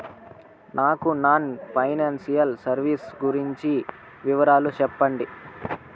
నాకు non financial services గురించి వివరాలు సెప్పండి?